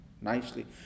nicely